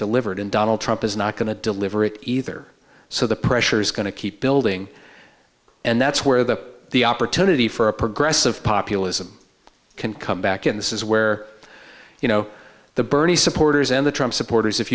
delivered and donald trump is not going to deliver it either so the pressure is going to keep building and that's where the the opportunity for a progressive populism can come back and this is where you know the bernie supporters and the trump supporters if